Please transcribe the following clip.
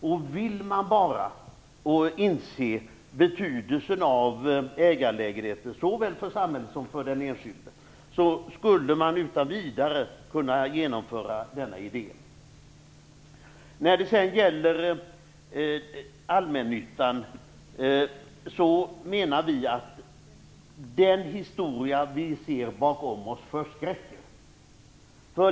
Om man bara inser betydelsen av ägarlägenheter såväl för samhället som för den enskilde skulle man utan vidare kunna genomföra denna idé. När det gäller de allmännyttiga bostadsföretagen menar vi att den historia vi ser bakom oss förskräcker.